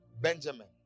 Benjamin